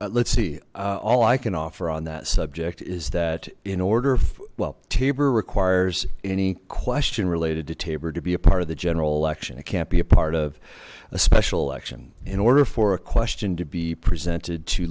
let's see all i can offer on that subject is that in order well tabor requires any question related to tabor to be a part of the general election it can't be a part of a special election in order for a question to be presented to